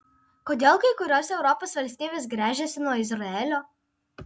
kodėl kai kurios europos valstybės gręžiasi nuo izraelio